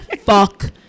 Fuck